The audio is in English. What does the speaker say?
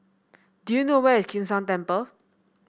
do you know where is Kim San Temple